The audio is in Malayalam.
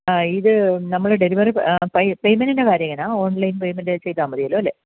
അഹ് ഇത് നമ്മൾ ഡെലിവറി അഹ് പേയ്മെൻറ്റിൻറ്റെ കാര്യമെങ്ങനെയാ ഓൺലൈൻ പെയ്മൻറ്റ് ചെയ്താൽ മതിയല്ലോ അല്ലേ